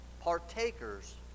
partakers